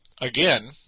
again